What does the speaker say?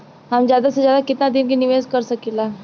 हम ज्यदा से ज्यदा केतना दिन के निवेश कर सकिला?